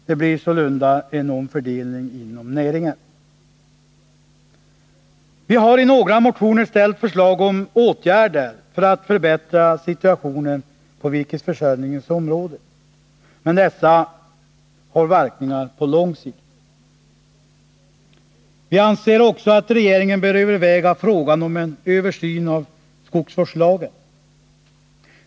Det blir sålunda en omfördelning inom näringen. Vi har i några motioner ställt förslag om åtgärder för att förbättra situationen på virkesförsörjningens område, men dessa har verkningar på lång sikt. Vi anser också att regeringen bör överväga frågan om en översyn av skogsvårdslagen.